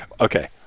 Okay